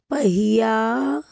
ਪਹੀਆ